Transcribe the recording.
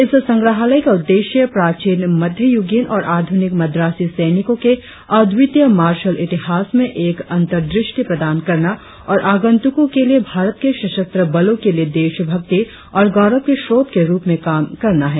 इस संग्रहालय का उद्देश्य प्राचीन मध्ययुगीन और आधुनिक मद्रासी सैनिकों के अद्वितीय मार्शल इतिहास में एक अंतर्दष्टि प्रदान करना और आगंतुकों के लिए भारत के सशस्त्र बलों के लिए देशभक्ति और गौरव के स्रोत के रुप में काम करना है